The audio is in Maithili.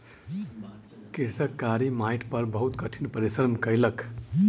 कृषक कारी माइट पर बहुत कठिन परिश्रम कयलक